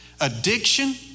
addiction